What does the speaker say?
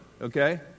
okay